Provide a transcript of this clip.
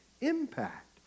impact